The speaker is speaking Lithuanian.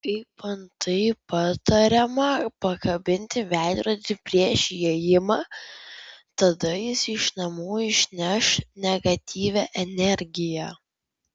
kaip antai patariama pakabinti veidrodį prieš įėjimą tada jis iš namų išneš negatyvią energiją